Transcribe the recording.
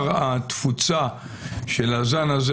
התפוצה של הזן הזה,